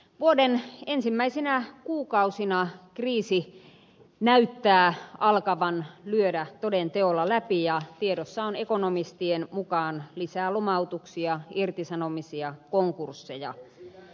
vuoden ensimmäisinä kuukausina kriisi näyttää alkavan lyödä toden teolla läpi ja tiedossa on ekonomistien mukaan lisää lomautuksia irtisanomisia ja konkursseja